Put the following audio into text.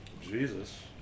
Jesus